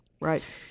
Right